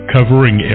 covering